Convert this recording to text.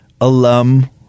alum